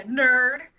nerd